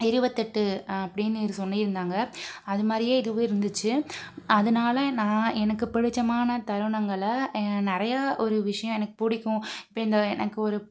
இருபத்தெட்டு அப்படின்னு சொல்லிருந்தாங்கள் அதுமாதிரியே இதுவும் இருந்துச்சு அதனால நான் எனக்கு பிடித்தமான தருணங்களை நிறையா ஒரு விஷியம் எனக்கு பிடிக்கும் இப்போ இந்த எனக்கு ஒரு